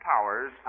powers